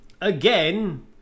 Again